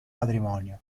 matrimonio